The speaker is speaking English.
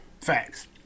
Facts